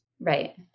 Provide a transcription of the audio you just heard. Right